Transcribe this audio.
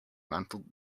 mantled